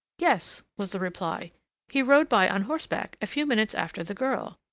yes, was the reply he rode by on horseback a few minutes after the girl.